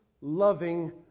loving